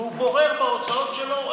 והוא בורר בהוצאות שלו.